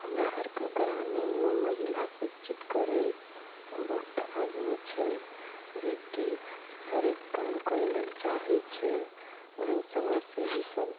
हमरा आरके ग्रामीणमे महिला शिक्षित करै बहुत आदमी छै जेकि हरेक काम करै लेल चाहै छै एहन समाज सेवी सब